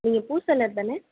நீங்கள் பூ செல்லர் தானே